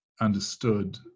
understood